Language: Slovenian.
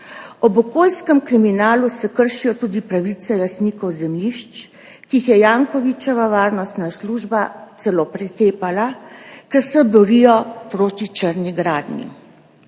Ob okoljskem kriminalu se kršijo tudi pravice lastnikov zemljišč, ki jih je Jankovićeva varnostna služba celo pretepala, ker se borijo proti črni gradnji.